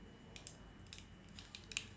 mmhmm